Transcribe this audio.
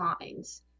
lines